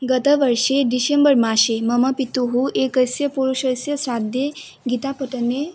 गतवर्षे डिशेम्बर् मासे मम पिता एकस्य पुरुषस्य श्राद्धे गीतापठने